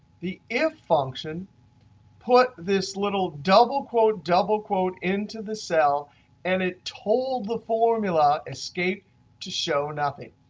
the if function put this little double quote double quote into the cell and it told the formula, escape to show nothing.